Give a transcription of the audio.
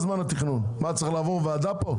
צריך לעבוד ועדה פה?